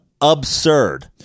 absurd